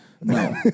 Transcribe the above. No